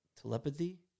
telepathy